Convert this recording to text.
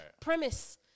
Premise